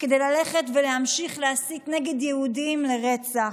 כדי ללכת ולהמשיך להסית נגד יהודים לרצח.